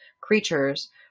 creatures